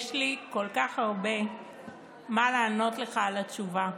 יש לי כל כך הרבה מה לענות לך על התשובה,